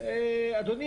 תאמין לי,